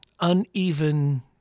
uneven